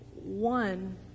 One